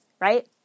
right